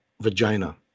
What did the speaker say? vagina